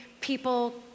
people